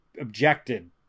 objected